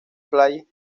play